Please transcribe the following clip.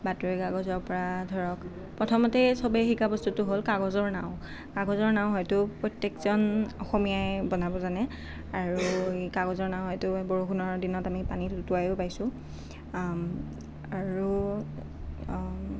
বাতৰি কাগজৰ পৰা ধৰক প্ৰথমতেই চবেই শিকা বস্তুটো হ'ল কাগজৰ নাও কাগজৰ নাও হয়তো প্ৰত্যেকজন অসমীয়াই বনাব জানে আৰু কাগজৰ নাও সেইটো বৰষুণৰ দিনত পানীত উতোৱাইও পাইছোঁ আৰু